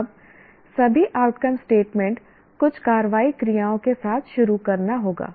अब सभी outcome statement कुछ कार्रवाई क्रियाओं के साथ शुरू करना होगा